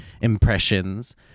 impressions